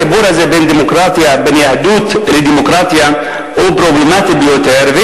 החיבור הזה בין יהדות לדמוקרטיה הוא פרובלמטי ביותר,